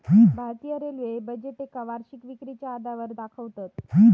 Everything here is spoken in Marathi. भारतीय रेल्वे बजेटका वर्षीय विक्रीच्या आधारावर दाखवतत